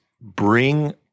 bring